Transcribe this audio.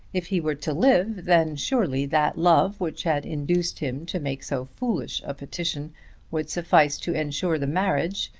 if he were to live then surely that love which had induced him to make so foolish a petition would suffice to ensure the marriage,